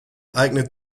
eignet